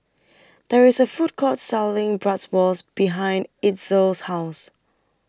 There IS A Food Court Selling Bratwurst behind Itzel's House